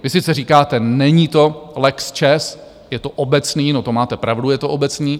Vy sice říkáte, není to lex ČEZ, je to obecný to máte pravdu, je to obecný.